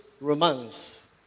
romance